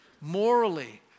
morally